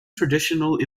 traditional